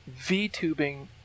VTubing